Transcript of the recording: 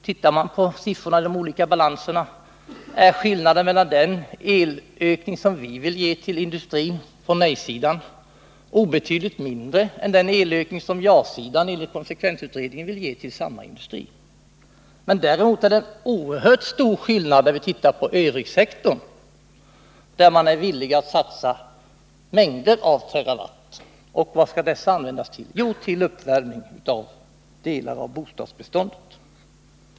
Tittar man på siffrorna i de olika balanserna finner man att den ökning av elförbrukningen som vi på nej-sidan vill ge till industrin är obetydligt mindre än den ökning som ja-sidan enligt konsekvensutredningen vill ge till samma industri. Men däremot finner vi att det är en oerhört stor skillnad när vi ser på övrigsektorn, där man är villig att satsa mängder av terawattimmar. Och vad skall dessa användas till? Jo, de skall användas till uppvärmning av delar av bostadsbeståndet.